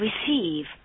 receive